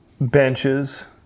Benches